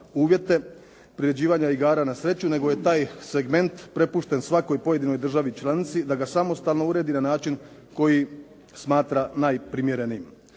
uvjete priređivanja igara na sreću nego je taj segment prepušten svakoj pojedinoj državi članici da ga samostalno uredi na način koji smatra najprimjerenijim.